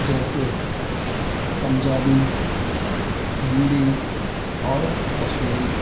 جیسے پنجابی ہندی اور کشمیری